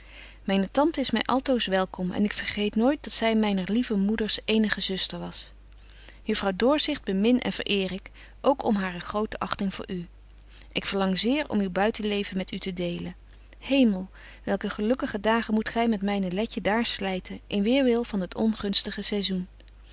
myne tante is my altoos welkom en ik vergeet nooit dat zy myner lieve moeders eenige zuster was juffrouw doorzicht bemin en vereer ik ook om hare grote achting voor u ik verlang zeer om uw buitenleven met u te delen hemel welke gelukkige dagen moet gy met myne letje daar slyten in weerwil van het ongunstige saisoen